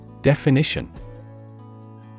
Definition